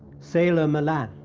sailor malan.